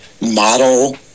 model